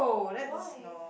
why